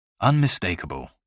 Unmistakable